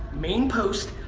main post,